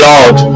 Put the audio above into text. Lord